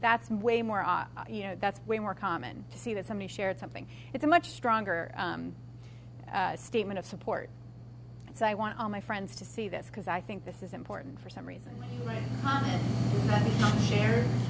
that's way more ah you know that's way more common to see that somebody shared something it's a much stronger statement of support so i want all my friends to see this because i think this is important for some reason